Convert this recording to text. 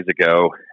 ago